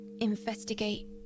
investigate